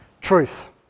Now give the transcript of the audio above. truth